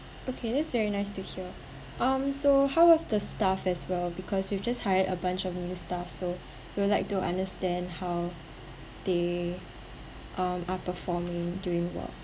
okay that's very nice to hear um so how was the staff as well because we've just hire a bunch of new staff so you would like to understand how they um are performing during work